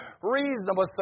reasonable